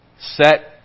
set